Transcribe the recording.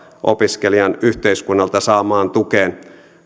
opiskelijan yhteiskunnalta saamaan tukeen